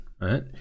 right